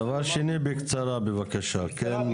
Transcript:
דבר שני בקצרה בבקשה, כן?